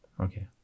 okay